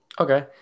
okay